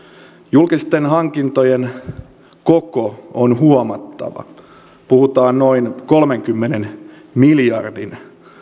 julkisten hankintojen koko on huomattava puhutaan noin kolmenkymmenen miljardin